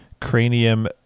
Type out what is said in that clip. Cranium